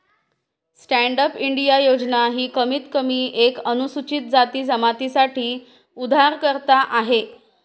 stand up India योजना ही कमीत कमी एक अनुसूचित जाती जमाती साठी उधारकर्ता आहे